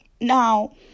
Now